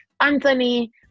Anthony